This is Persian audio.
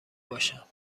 باشم